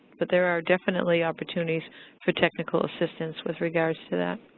but there are definitely opportunities for technical assistance with regards to that.